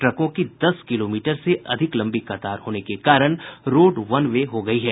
ट्रकों की दस किलोमीटर से भी अधिक लम्बी कतार होने के कारण रोड वन वे हो गयी है